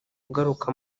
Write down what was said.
ugaruka